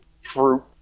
fruit